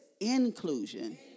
inclusion